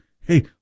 Hey